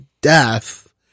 death